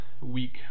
week